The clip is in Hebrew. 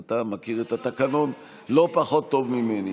אתה מכיר את התקנון לא פחות טוב ממני.